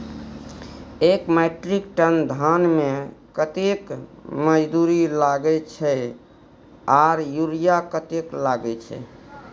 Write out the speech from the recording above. एक metric ton धान में कतेक मजदूरी लागे छै आर यूरिया कतेक लागे छै?